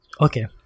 Okay